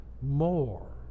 more